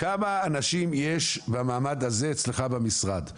כמה אנשים יש במעמד הזה אצלך במשרד'.